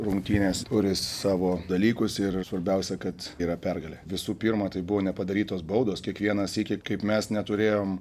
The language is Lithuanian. rungtynės turi savo dalykus ir svarbiausia kad yra pergalė visų pirma tai buvo nepadarytos baudos kiekvieną sykį kaip mes neturėjom